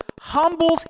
humbles